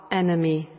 enemy